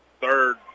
third